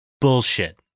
bullshit